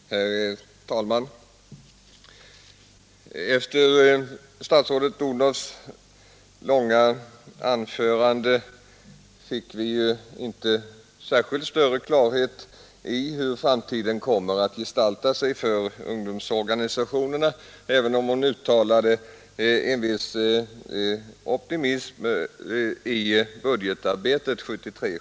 Herr talman! Av statsrådet Odhnoffs långa anförande fick vi inte särskilt mycket större klarhet i hur framtiden kommer att gestalta sig fö Or idrottsorganisationerna även om hon uttalade en viss optimism inför budgetarbetet 1973/74.